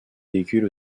véhicules